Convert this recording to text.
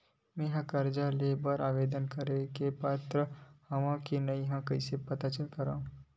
मेंहा कर्जा ले बर आवेदन करे के पात्र हव की नहीं कइसे पता करव?